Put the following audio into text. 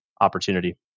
opportunity